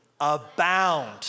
Abound